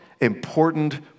important